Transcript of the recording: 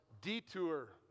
detour